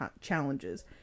challenges